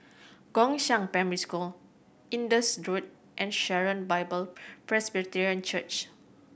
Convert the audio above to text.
Gongshang Primary School Indus Road and Sharon Bible Presbyterian Church